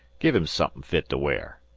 give him suthin' fit to wear.